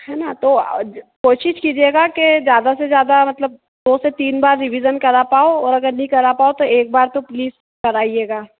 है ना तो कोशिश कीजिएगा ज़्यादा से ज़्यादा मतलब दो से तीन बार रिवीज़न करा पाओ और अगर नहीं करा पाओ तो एक बार तो प्लीज़ कराइएगा